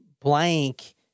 blank